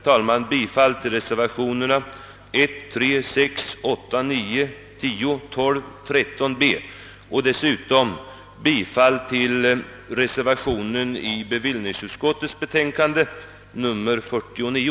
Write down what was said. Jag yrkar bifall till reservationerna nr 1, 3, 6, 8, 9, 10, 12 och 13 b. Dessutom yrkar jag bifall till reservationen i bevillningsutskottets betänkande nr 49.